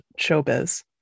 showbiz